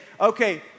Okay